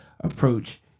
approach